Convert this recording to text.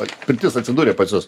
pirtis atsidūrė pas jus